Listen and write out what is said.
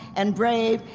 and brave,